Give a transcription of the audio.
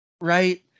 Right